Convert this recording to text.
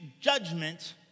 judgment